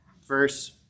verse